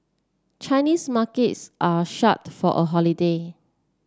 Chinese markets are shut for a holiday